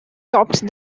topped